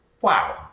wow